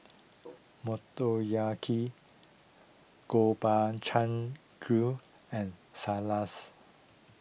Motoyaki Gobchang Gui and Salas